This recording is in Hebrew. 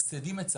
מסבסדים את צה"ל.